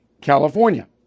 California